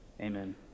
Amen